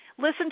listen